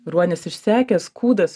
ruonis išsekęs kūdas